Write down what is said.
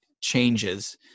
changes